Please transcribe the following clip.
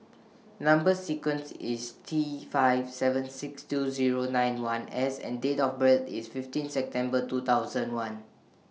Number sequence IS T five seven six two Zero nine one S and Date of birth IS fifteenth September two thousand and one